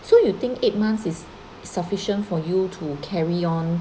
so you think eight months is sufficient for you to carry on